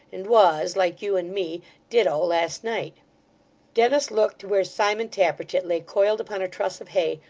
and was like you and me ditto last night dennis looked to where simon tappertit lay coiled upon a truss of hay,